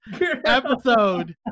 episode